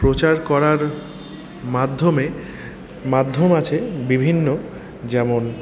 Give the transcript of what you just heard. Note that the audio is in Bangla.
প্রচার করার মাধ্যমে মাধ্যম আছে বিভিন্ন যেমন